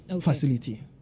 facility